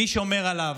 מי שומר עליו?